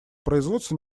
производства